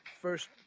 first